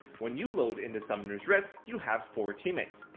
when you load into summoner's rift, you have four teammates.